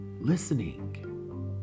listening